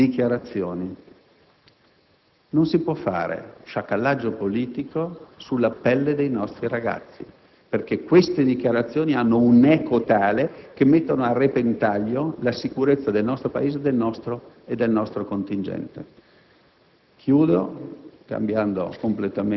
che producono quelle loro dichiarazioni. Non si può fare sciacallaggio politico sulla pelle dei nostri ragazzi, perché queste dichiarazioni hanno un'eco tale da mettere a repentaglio la sicurezza del nostro Paese e del nostro contingente.